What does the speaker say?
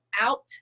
out